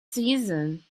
season